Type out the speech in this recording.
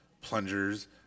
plungers